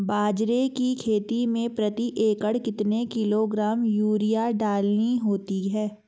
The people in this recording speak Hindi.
बाजरे की खेती में प्रति एकड़ कितने किलोग्राम यूरिया डालनी होती है?